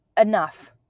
enough